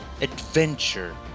adventure